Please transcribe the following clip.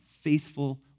faithful